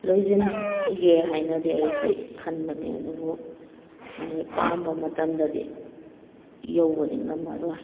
ꯂꯣꯏꯁꯤꯟꯒꯦ ꯍꯥꯏꯅꯗꯤ ꯑꯩꯁꯤ ꯈꯟꯕꯅꯦ ꯑꯗꯨꯕꯨ ꯑꯩ ꯄꯥꯝꯕ ꯃꯇꯝꯗꯗꯤ ꯌꯧꯕꯗꯤ ꯉꯝꯃꯔꯣꯏ